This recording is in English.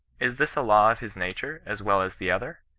is this a law of his nature, as wel as the other?